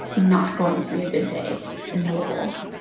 not going to be a good day in louisville